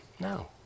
No